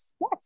Yes